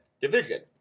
division